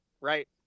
right